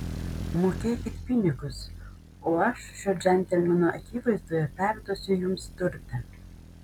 mokėkit pinigus o aš šio džentelmeno akivaizdoje perduosiu jums turtą